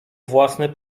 własny